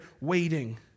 waiting